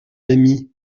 ami